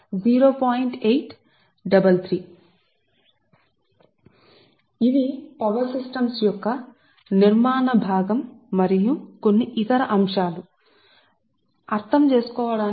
కాబట్టి కొన్ని ఉదాహరణలు కొన్ని 4 5 ఉదాహరణలు వీటిని మేము తీసుకున్న ప్రామాణిక ఉదాహరణలు శక్తి వ్యవస్థల యొక్క నిర్మాణ భాగం మరియు కొన్ని ఇతర అంశాలు మీకు తెలుసుసరే